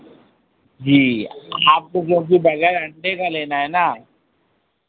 जी आपको क्योंकि बग़ैर अण्डे का लेना है ना